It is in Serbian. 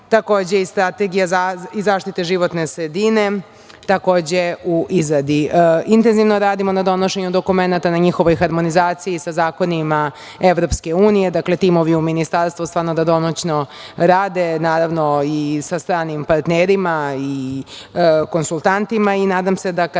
Takođe i strategija i zaštite životne sredine je u izgradi. Intenzivno radimo na donošenju dokumenata i njihovoj harmonizaciji sa zakonima EU. Dakle, timovi u ministarstvu danonoćno rade, naravno i sa stranim partnerima i konsultantima i nadam se da kada donesemo